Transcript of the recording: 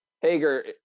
Hager